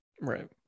Right